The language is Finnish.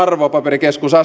ja